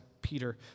Peter